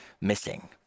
missing